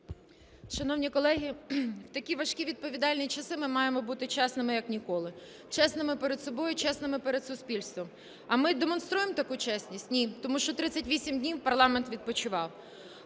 Шановні колеги, в такі важкі відповідальні часи ми маємо бути чесними як ніколи: чесними перед собою, чесними перед суспільством. А ми демонструємо таку чесність? Ні. Тому що 38 днів парламент відпочивав.